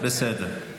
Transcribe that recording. בסדר.